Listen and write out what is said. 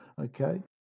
Okay